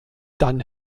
dann